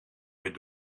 weer